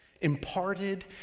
imparted